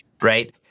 right